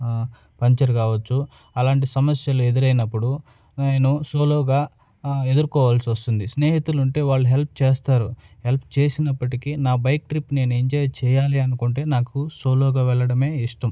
puncture కావచ్చు అలాంటి సమస్యలు ఎదురైనప్పుడు నేను సోలోగా ఎదుర్కోవాల్సి వస్తుంది స్నేహితులుంటే వాళ్ళు హెల్ప్ చేస్తారు హెల్ప్ చేసినప్పటికీ నా బైక్ ట్రిప్ నేను ఎంజాయ్ చెయ్యాలి అనుకుంటే నాకు సోలోగా వెళ్ళడమే ఇష్టం